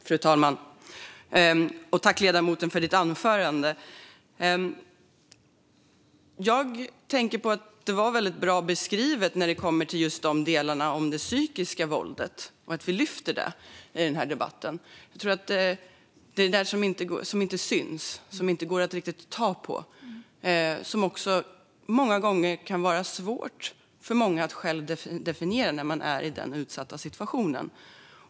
Fru talman! Tack, ledamoten, för ditt anförande! Det var en väldigt bra beskrivning av just det psykiska våldet. Det är bra att vi lyfter upp det i debatten. Det som inte syns och inte går att ta på tror jag många gånger kan vara svårt att själv definiera när man är i den utsatta situationen.